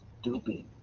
stupid